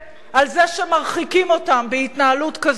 על זה שמרחיקים אותם בהתנהלות כזאת